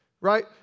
right